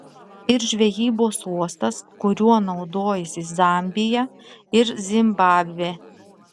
ir žvejybos uostas kuriuo naudojasi zambija ir zimbabvė